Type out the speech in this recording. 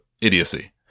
idiocy